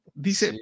Dice